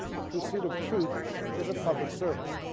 the pursuit of truth is a public service,